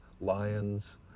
lions